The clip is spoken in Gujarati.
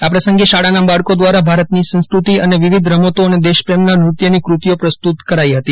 આ પ્રસંગે શાળાના બાળકો દ્વારા ભારતની સંસ્કૃતિ અને વિવિધ રમતો અને દેશપ્રેમના નૃત્યની કૃતિઓ પ્રસ્તુત કરાઇ હતી